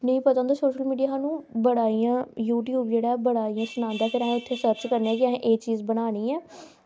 नेईं पता होंदा ते सोशल मीडिया कन्नै बड़ा इंया यूट्यूब जेह्ड़ा बड़ा इंया ते अस उत्थें सर्च करने कि बड़ा इंया चीज़ बनानी ऐ